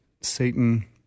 Satan